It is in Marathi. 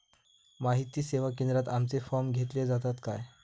माहिती सेवा केंद्रात आमचे फॉर्म घेतले जातात काय?